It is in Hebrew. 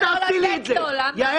יעל